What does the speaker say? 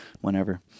whenever